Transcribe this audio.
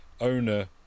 owner